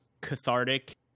cathartic